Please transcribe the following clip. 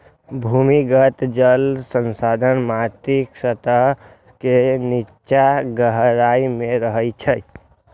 भूमिगत जल संसाधन माटिक सतह के निच्चा गहराइ मे रहै छै